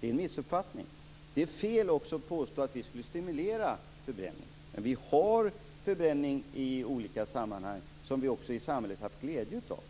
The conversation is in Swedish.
Det är en missuppfattning. Det är också fel att påstå att vi skulle stimulera förbränning. Det finns förbränning i olika sammanhang som vi har haft glädje av.